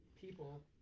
people